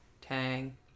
tang